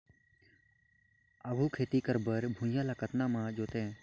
आघु खेती करे बर भुइयां ल कतना म जोतेयं?